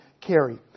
carry